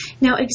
Now